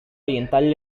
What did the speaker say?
oriental